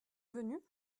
venu